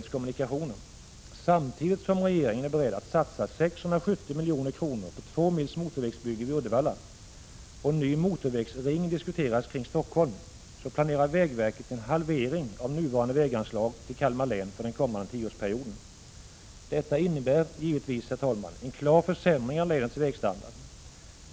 Samtidigt som regeringen är beredd att satsa 670 milj.kr. på byggande av 2 mil motorväg vid Uddevalla och som en ny motorvägsring diskuteras kring Stockholm, planerar vägverket en halvering av nuvarande väganslag till Kalmar län för den kommande tioårsperioden. Detta innebär givetvis en klar försämring av länets vägstandard.